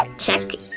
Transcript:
check,